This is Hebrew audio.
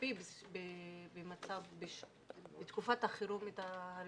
להקפיא בתקופת החירום את ההריסות,